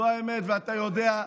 זו האמת, ואתה יודע,